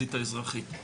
החזית האזרחית.